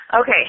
Okay